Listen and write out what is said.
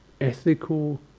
ethical